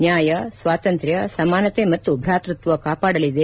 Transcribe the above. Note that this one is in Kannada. ನ್ನಾಯ ಸ್ನಾತಂತ್ರ್ನ ಸಮಾನತೆ ಮತ್ತು ಭಾತೃತ್ವ ಕಾಪಾಡಲಿದೆ